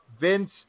Vince